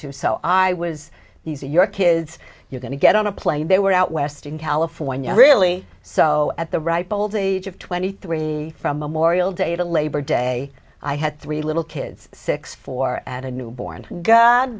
to so i was these are your kids you're going to get on a plane they were out west in california really so at the ripe old age of twenty three from memorial day to labor day i had three little kids six four and a newborn